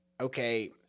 okay